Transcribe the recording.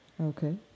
Okay